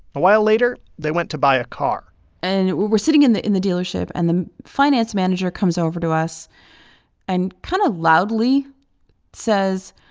a while later, they went to buy a car and we were sitting in the in the dealership, and the finance manager comes over to us and kind of loudly says,